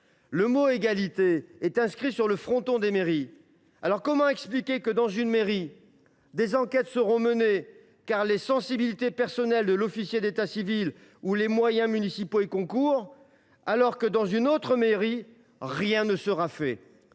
Le mot « Égalité » est inscrit sur le fronton des mairies. Dès lors, comment expliquer que, dans une mairie, des enquêtes sont diligentées, parce que la sensibilité personnelle de l’officier d’état civil ou les moyens municipaux y concourent, alors que dans une autre mairie, rien n’est fait ?